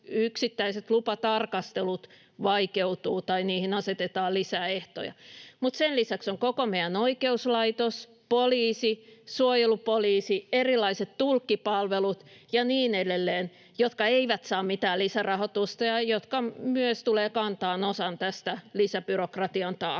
yksittäiset lupatarkastelut vaikeutuvat tai niihin asetetaan lisää ehtoja. Mutta sen lisäksi on koko meidän oikeuslaitos, poliisi, suojelupoliisi, erilaiset tulkkipalvelut ja niin edelleen, jotka eivät saa mitään lisärahoitusta ja jotka myös tulevat kantamaan osan tästä lisäbyrokratian taakasta.